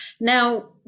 Now